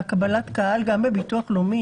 לקבלת הקהל בביטוח הלאומי,